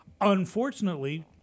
unfortunately